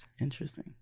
Interesting